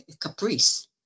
caprice